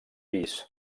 pis